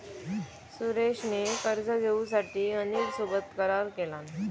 सुरेश ने कर्ज घेऊसाठी अनिल सोबत करार केलान